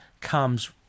comes